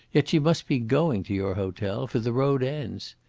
yet she must be going to your hotel, for the road ends.